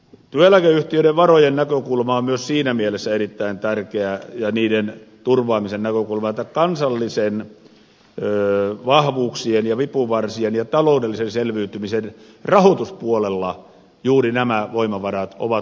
työeläkeyhtiöiden varojen turvaamisen näkökulma on myös siinä mielessä erittäin tärkeää ja niiden turvaamisen elokuva tää tärkeä että kansallisten vahvuuksien ja vipuvarsien ja taloudellisen selviytymisen rahoituspuolella juuri nämä voimavarat ovat kuten ed